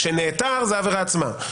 כשנעתר זו העבירה עצמה,